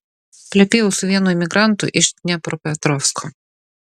plepėjau su vienu imigrantu iš dniepropetrovsko